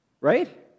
right